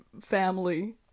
family